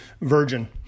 Virgin